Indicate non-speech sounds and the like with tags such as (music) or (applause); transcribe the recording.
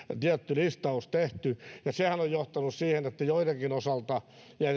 tietty listaus tehty sehän on johtanut siihen että joidenkin tapahtumien osalta ja ja (unintelligible)